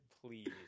Please